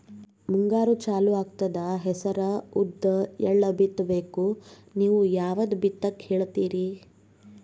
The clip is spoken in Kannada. ಮುಂಗಾರು ಚಾಲು ಆಗ್ತದ ಹೆಸರ, ಉದ್ದ, ಎಳ್ಳ ಬಿತ್ತ ಬೇಕು ನೀವು ಯಾವದ ಬಿತ್ತಕ್ ಹೇಳತ್ತೀರಿ?